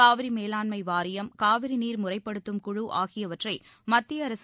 காவிரி மேலாண்மை வாரியம் காவிரி நீர் முறைப்படுத்தும் குழு ஆகியவற்றை மத்திய அரசு